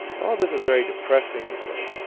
all this is very depressing, he said.